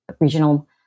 regional